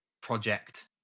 project